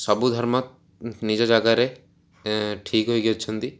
ସବୁ ଧର୍ମ ନିଜ ଜାଗାରେ ଠିକ୍ ହୋଇ ଅଛନ୍ତି